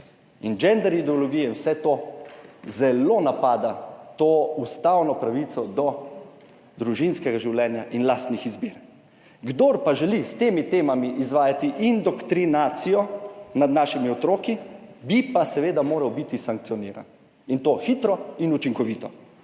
in gender ideologija in vse to zelo napada to ustavno pravico do družinskega življenja in lastnih izbir. Kdor pa želi s temi temami izvajati indoktrinacijo nad našimi otroki, bi pa seveda moral biti sankcioniran, in to hitro in učinkovito.